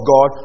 God